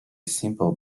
simple